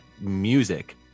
music